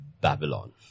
Babylon